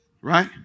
right